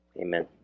amen